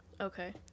Okay